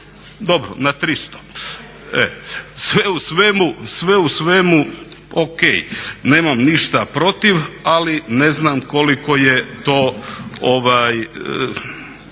Dobro, na 300. Sve u svemu ok nemam ništa protiv ali ne znam koliko je to,